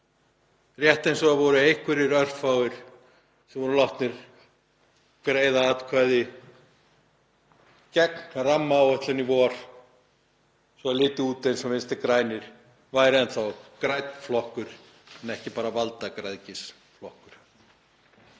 Rétt eins og það voru einhverjir örfáir sem voru látnir greiða atkvæði gegn rammaáætlun í vor svo það liti út eins og Vinstri græn væru enn þá grænn flokkur en ekki bara valdagræðgisflokkur.